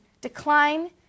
decline